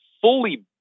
fully